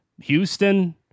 Houston